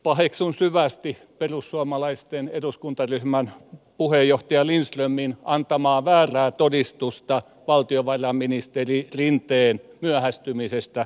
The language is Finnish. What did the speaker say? paheksun syvästi perussuomalaisten eduskuntaryhmän puheenjohtaja lindströmin antamaa väärää todistusta valtiovarainministeri rinteen myöhästymisestä istuntoon